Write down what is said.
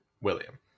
William